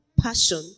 passion